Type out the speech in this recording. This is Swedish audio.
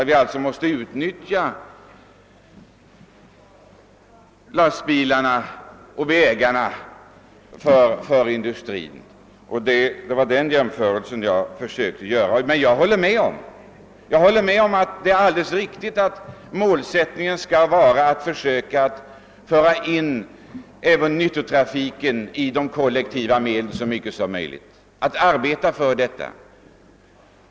Vi måste utnyttja lastbilar och vägar för industrin, och det var denna jämförelse jag försökte göra. Det är alldeles riktigt att målsättningen skall vara att så mycket som möjligt försöka föra in även nyttotrafiken i de kollektiva transportmedlen. Det är detta vi skall arbeta för.